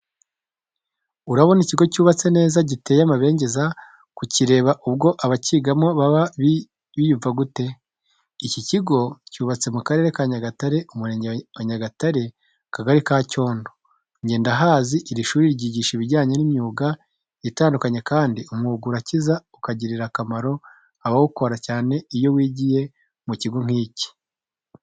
Urabona ikigo cyubatse neza giteye amabengeza kukireba, ubwo abakigamo bo baba biyumva gute? Iki kigo cyubatse mu Karere ka Nyagatare, Umurenge wa Nyagatare, Akagari ka Cyondo. Nge ndahazi, iri shuri ryigisha ibijyanye n'imyuga itandukanye kandi umwuga urakiza ukagirira akamaro abawukora cyane iyo wigiye mu kigo nk'iki.